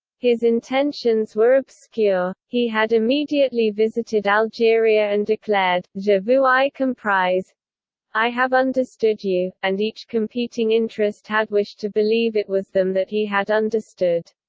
his intentions were obscure. he had immediately visited algeria and declared, je vous ai compris i have understood you, and each competing interest had wished to believe it was them that he had understood.